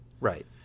right